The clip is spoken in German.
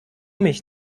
mich